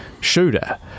shooter